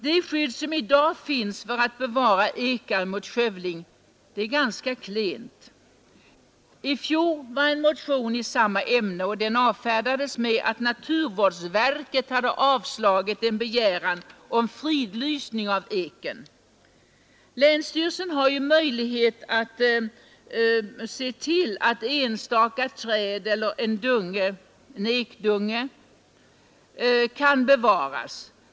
Det skydd som i dag finns för ekar mot skövling är ganska klent. I fjol avfärdades en motion i samma ämne med att naturvårdsverket hade avslagit en begäran om fridlysning av eken. Länsstyrelsen har möjlighet att se till att enstaka träd eller en ekdunge kan bevaras.